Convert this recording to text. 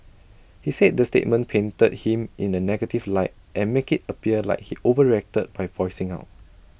he said the statement painted him in A negative light and make IT appear like he overreacted by voicing out